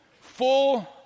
full